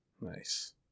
Nice